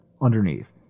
underneath